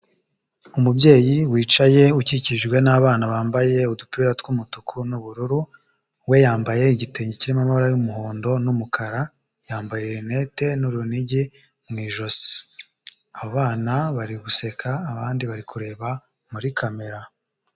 Umubyeyi wicaye ukikijwe n'abana bambaye udupira tw'umutuku n'ubururu, we yambaye igitenge kirimo amabara y'umuhondo n'umukara. Yambaye rinete n'urunigi mu ijosi, abana bari guseka abandi bari kureba muri kamera.